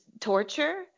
torture